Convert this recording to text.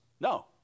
No